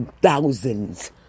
thousands